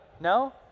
No